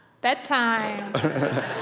bedtime